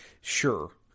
Sure